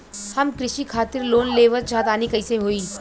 हम कृषि खातिर लोन लेवल चाहऽ तनि कइसे होई?